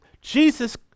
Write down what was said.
Jesus